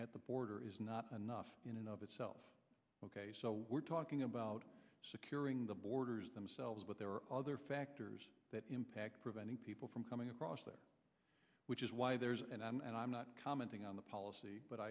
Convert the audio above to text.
at the border is not enough in and of itself ok so we're talking about securing the borders themselves but there are other factors that impact preventing people from coming across there which is why there is and i'm and i'm not commenting on the policy but